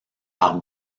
par